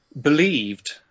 believed